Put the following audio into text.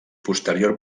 posterior